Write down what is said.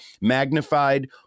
magnified